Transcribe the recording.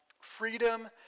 freedom